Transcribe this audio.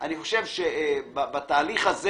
עכשיו קורים שני דברים, אני שואל.